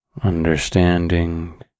understanding